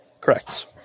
Correct